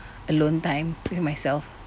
alone time with myself